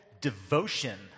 devotion